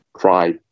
try